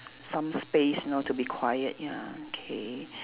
some space you know to be quiet ya okay